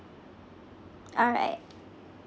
alright